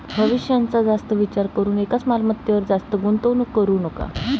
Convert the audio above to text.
भविष्याचा जास्त विचार करून एकाच मालमत्तेवर जास्त गुंतवणूक करू नका